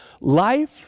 life